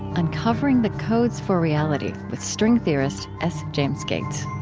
uncovering the codes for reality with string theorist s. james gates